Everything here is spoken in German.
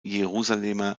jerusalemer